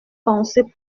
pensée